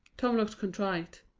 tom looked contrite.